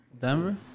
Denver